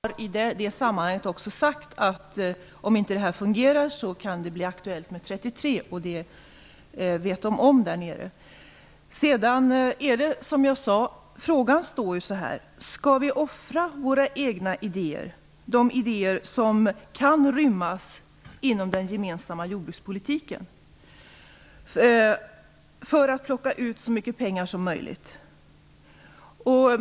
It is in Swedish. Fru talman! Först vill jag kommentera vår notificering i Bryssel. Vi har i det sammanhanget även sagt att det kan bli aktuellt med 33 prisorter, om det inte fungerar med fyra; det vet man alltså om. Frågan gäller ju: Skall vi offra våra egna idéer, idéer som kan rymmas inom den gemensamma jordbrukspolitiken, för att plocka ut så mycket pengar som möjligt?